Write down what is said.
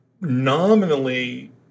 nominally